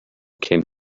came